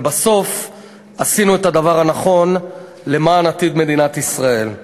אבל בסוף עשינו את הדבר הנכון למען עתיד מדינת ישראל.